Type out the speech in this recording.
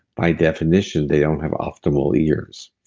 by definition, they don't have optimal ears.